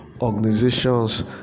organizations